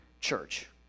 church